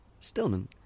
Stillman